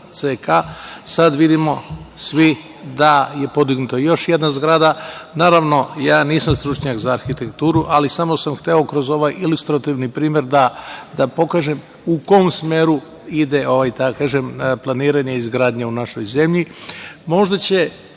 CK, sad vidimo svi da je podignuta još jedna zgrada. Naravno, ja nisam stručnjak za arhitekturu, ali samo sam hteo kroz ovaj ilustrativni primer da pokažem u kom smeru ide planiranje izgradnje u našoj zemlji. Možda će,